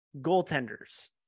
goaltenders